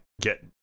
get